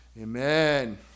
Amen